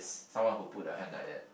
someone who put the hand like that